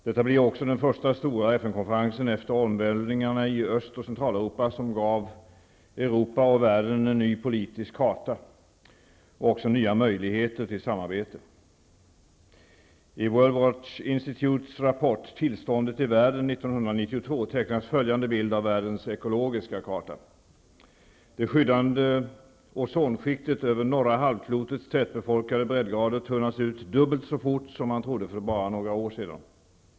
Detta blir också den första stora FN-konferensen efter omvälvningarna i Öst och Centraleuropa som gav Europa och världen en ny politisk karta -- och också nya möjligheter till samarbete. Världen 1992 tecknas följande bild av världens ekologiska karta: Det skyddande ozonskiktet över norra halvklotets tätbefolkade breddgrader tunnas ut dubbelt så fort som man trodde för bara några år sedan.